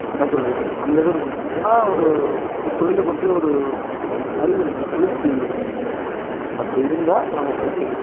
என்ன சொல்கிறது அந்த இது இருக்கணும் இல்லைன்னா ஒரு ஒரு தொழில பற்றிய ஒரு அறிவு இருக்கணும் தொழில்கல்வி இருக்கணும் அப்படி இருந்தால் நம்ம பொழச்சிக்கலாம்